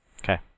Okay